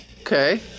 Okay